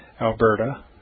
Alberta